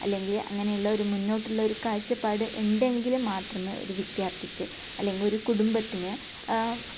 അല്ലെങ്കിൽ അങ്ങനെയുള്ള ഒരു മുന്നോട്ടുള്ള ഒരു കാഴ്ചപ്പാട് ഉണ്ടെങ്കിൽ മാത്രമേ ഒരു വിദ്യാർത്ഥിക്ക് അല്ലെങ്കിൽ ഒരു കുടുംബത്തിന്